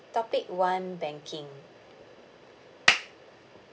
topic one banking